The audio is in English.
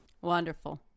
Wonderful